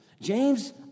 James